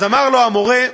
אז אמר לו המורה,